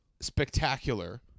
spectacular